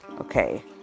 okay